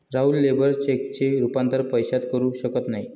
Rahul labour चेकचे रूपांतर पैशात करू शकत नाही